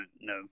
no